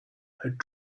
had